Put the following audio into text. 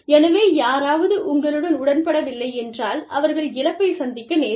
எனவே யாராவது உங்களுடன் உடன்படவில்லை என்றால் அவர்கள் இழப்பைச் சந்திக்க நேரிடும்